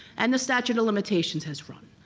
and the statute of limitations has run.